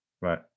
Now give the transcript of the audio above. Right